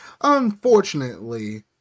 Unfortunately